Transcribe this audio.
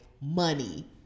money